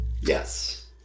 yes